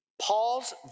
Paul's